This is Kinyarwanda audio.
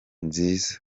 nziza